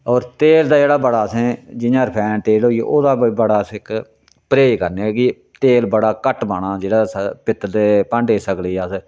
होर तेल दा जेह्ड़ा बड़ा असें जियां रफैन तेल होई गेआ ओह्दा कोई बड़ा अस इक परेह्ज करने आं कि तेल बड़ा घट्ट पाना जेह्ड़ा सा पित्तल दे भांडे सगले अस